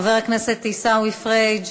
חבר הכנסת עיסאווי פריג'